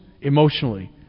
emotionally